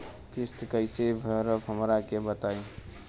किस्त कइसे भरेम हमरा के बताई?